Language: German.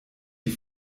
die